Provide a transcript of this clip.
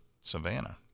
Savannah